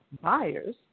buyers